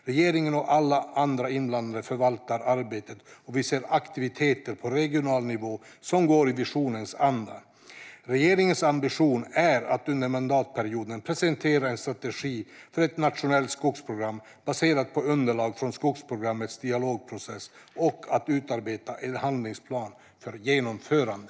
Regeringen och alla andra inblandade förvaltar arbetet och vi ser aktiviteter på regional nivå som går i visionens anda. Regeringens ambition är att under mandatperioden presentera en strategi för ett nationellt skogsprogram baserat på underlag från skogsprogrammets dialogprocess och att utarbeta en handlingsplan för genomförande.